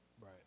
Right